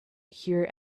here